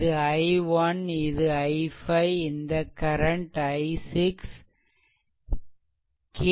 இது i1 இது i5 இந்த கரண்ட் i6